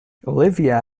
olivia